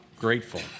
grateful